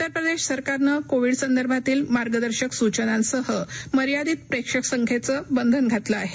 उत्तर प्रदेश सरकारनं कोविड संदर्भातील मार्गदर्शक सूचनांसह मर्यादित प्रेक्षकसंख्येचं बंधन घातलं आहे